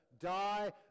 die